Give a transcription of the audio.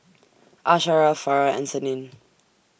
Asharaff Farah and Senin